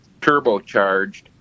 turbocharged